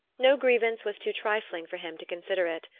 no grievance was too trifling for him to consider it,